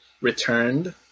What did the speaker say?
returned